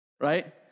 right